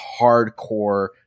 hardcore